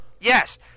Yes